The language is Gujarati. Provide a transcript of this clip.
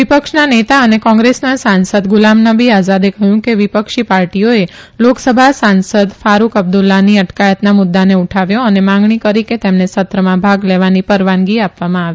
વિપક્ષના નેતા અને કોંગ્રેસના સાંસદ ગુલામ નબી આઝાદે કહયું કે વિપક્ષી પાર્ટીઓએ લોકસભા સાંસદ ફારૂખ અબદુલ્લાની અટકાયતના મુદ્દાને ઉઠાવ્યો અને માંગણી કરી કે તેમને સત્રમાં ભાગ લેવાની પરવાનગી આપવામાં આવે